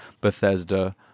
Bethesda